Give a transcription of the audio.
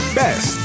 best